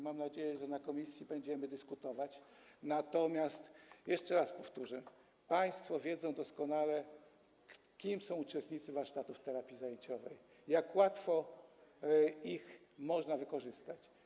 Mam nadzieję, że na posiedzeniu komisji będziemy dyskutować, natomiast jeszcze raz powtórzę: państwo doskonale wiedzą, kim są uczestnicy warsztatów terapii zajęciowej, jak łatwo ich można wykorzystać.